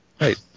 Right